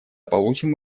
получим